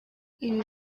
ibi